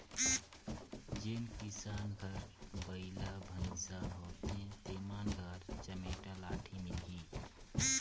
जेन किसान घर बइला भइसा होथे तेमन घर चमेटा लाठी मिलही